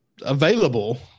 available